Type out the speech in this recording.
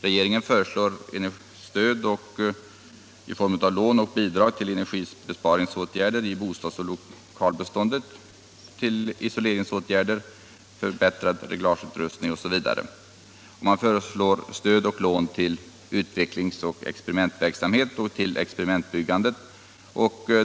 Regeringen föreslår stöd i form av lån och bidrag till energibesparingsåtgärder i lokaloch bostadsbeståndet, åtgärder som isolering, förbättring av reglageutrustning osv. Man föreslår vidare stöd och lån till utvecklingsoch experimentverksamhet samt till experimentbyggande.